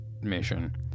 mission